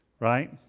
Right